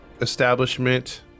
establishment